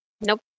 Nope